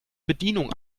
bedienung